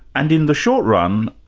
and in the short run,